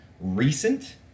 recent